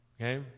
Okay